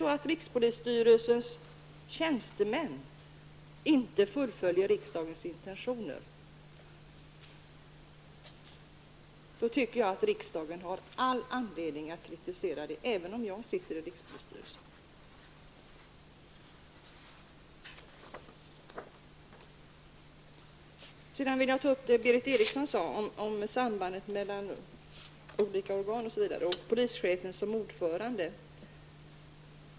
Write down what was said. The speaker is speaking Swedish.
Om rikspolisstyrelsens tjänstemän inte fullföljer riksdagens intentioner, har riksdagen enligt min mening, även om jag sitter i rikspolisstyrelsen, all anledning att kritisera detta. Berith Eriksson talade om sambandet mellan olika organ osv. och polischefen som ordförande.